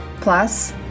Plus